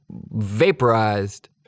vaporized